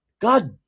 God